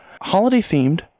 Holiday-themed